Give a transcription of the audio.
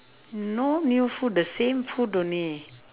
no new food the same food only